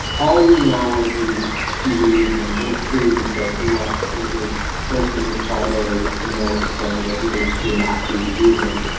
all we know are these tea leaves and little clues that he left in his first in his friday note saying that he would would not be leaving.